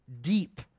deep